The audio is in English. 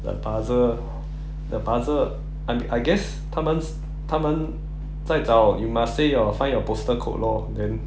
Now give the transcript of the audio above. the puzzle the puzzle I I guess 他们他们在找 you must say your find your postal code lor then